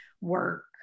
work